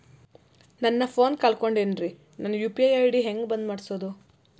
ನನ್ನ ಫೋನ್ ಕಳಕೊಂಡೆನ್ರೇ ನನ್ ಯು.ಪಿ.ಐ ಐ.ಡಿ ಹೆಂಗ್ ಬಂದ್ ಮಾಡ್ಸೋದು?